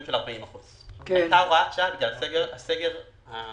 של 40%. היתה הוראת שעה - הסגר הקודם,